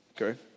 okay